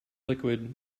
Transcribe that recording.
liquid